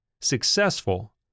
successful